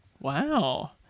Wow